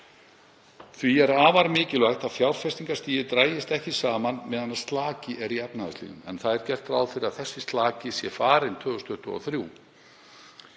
Því er afar mikilvægt að fjárfestingarstigið dragist ekki saman meðan slaki er í efnahagslífinu. En það er gert ráð fyrir að þessi slaki sé farinn 2023.